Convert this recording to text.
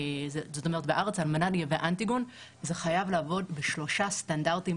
בארץ על מנת לייבא אנטיגן זה חייב לעמוד בשלושה סטנדרטים